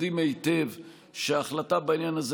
יודעים היטב שההחלטה בעניין הזה,